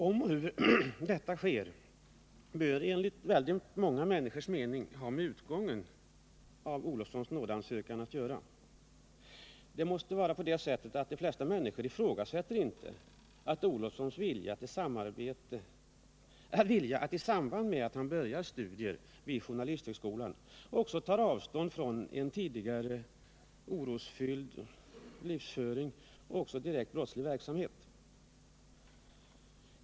Om och hur detta sker bör enligt väldigt många människors mening ha med utgången av Olofssons nådeansökan att göra. De flesta människor ifrågasätter inte Olofssons vilja att i samband med att han börjar studier vid journalisthögskolan ta avstånd från en tidigare orosfylld livsföring och också direkt brottslig verksamhet.